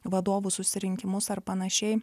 vadovų susirinkimus ar panašiai